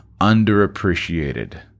underappreciated